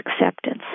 acceptance